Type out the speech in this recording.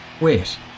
Wait